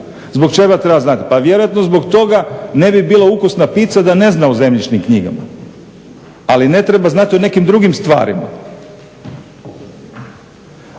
Zbog čega treba znati? Pa vjerojatno zbog toga ne bi bila ukusna pizza da ne zna o zemljišnim knjigama, ali ne treba znati o nekim drugim stvarima.